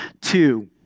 two